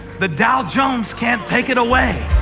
the dow jones can't take it away.